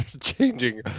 changing